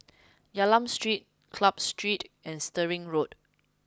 Hylam Street Club Street and Stirling Road